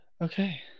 Okay